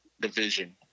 division